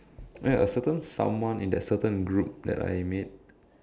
ya a certain someone in that certain group that I made